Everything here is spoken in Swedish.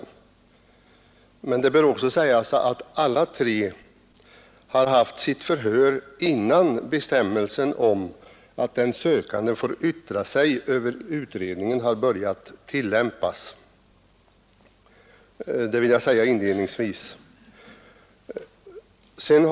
Nu vill jag inledningsvis säga att alla tre genomgick sitt förhör innan man började tillämpa bestämmelsen om att den sökande har rätt att yttra sig över utredningen.